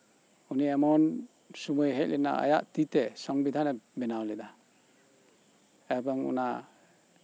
ᱩᱱᱤ ᱮᱢᱚᱱ ᱥᱚᱢᱚᱭᱮ ᱦᱮᱡ ᱞᱮᱱᱟ ᱟᱡᱜ ᱛᱤᱛᱮ ᱥᱚᱝᱵᱤᱫᱷᱟᱱᱮ ᱵᱮᱱᱟᱣ ᱞᱮᱫᱟ ᱮᱵᱚᱝ ᱚᱱᱟ